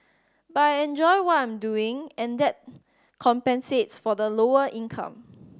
but I enjoy what I'm doing and that compensates for the lower income